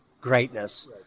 greatness